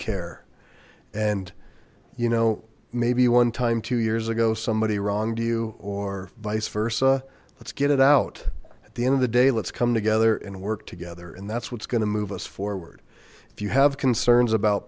care and you know maybe one time two years ago somebody wronged you or vice versa let's get it out at the end of the day let's come together and work together and that's what's gonna move us forward if you have concerns about